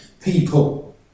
people